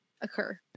Occur